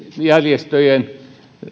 järjestöjen